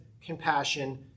compassion